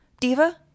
Diva